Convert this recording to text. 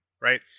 right